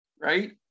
right